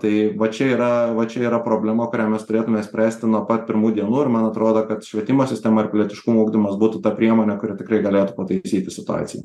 tai va čia yra va čia yra problema kurią mes turėtume spręsti nuo pat pirmų dienų ir man atrodo kad švietimo sistema ir pilietiškumo ugdymas būtų ta priemonė kuri tikrai galėtų pataisyti situaciją